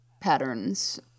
patterns